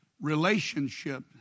Relationship